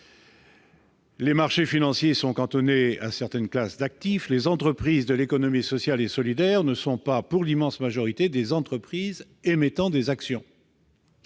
Les marchés financiers sont cantonnés à certaines classes d'actifs. Les entreprises de l'économie sociale et solidaire ne sont pas, pour l'immense majorité d'entre elles, des entreprises émettant des actions.